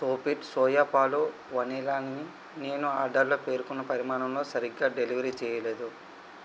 soffit soya పాలు వనీలాని నేను ఆర్డర్లో పేర్కొన్న పరిమాణంలో సరిగ్గా డెలివర్ చేయలేదు